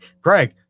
Greg